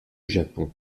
japon